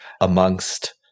amongst